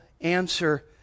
answer